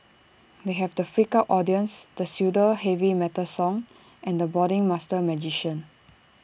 they have the freaked out audience the pseudo heavy metal song and the brooding master magician